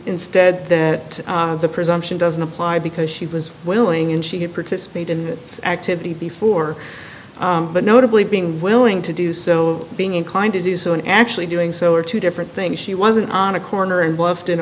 instead that the presumption doesn't apply because she was willing and she had participated in that activity before but notably being willing to do so being inclined to do so and actually doing so are two different things she wasn't on a corner and